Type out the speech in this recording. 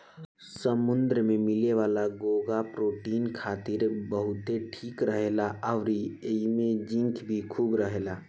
समुंद्र में मिले वाला घोंघा प्रोटीन खातिर बहुते ठीक रहेला अउरी एइमे जिंक भी खूब रहेला